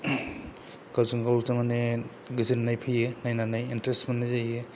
गावजोंगाव थारमाने गोजोननाय फैयो नायनानै इनटारेस्ट मोननाय जायो